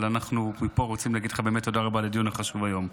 אבל מפה אנחנו רוצים להגיד לך באמת תודה רבה על הדיון החשוב היום.